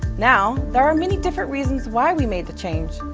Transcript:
now, there are many different reasons why we made the change.